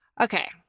Okay